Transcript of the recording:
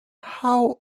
how